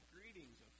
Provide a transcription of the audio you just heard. Greetings